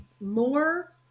more